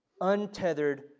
untethered